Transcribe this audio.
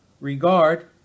regard